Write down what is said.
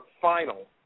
final